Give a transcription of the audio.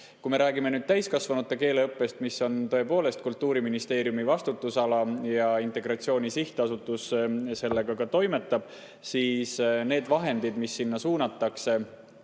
me räägime nüüd täiskasvanute keeleõppest, mis on tõepoolest Kultuuriministeeriumi vastutusala ja Integratsiooni Sihtasutus sellega ka toimetab, siis neid vahendeid, mis sinna suunatakse,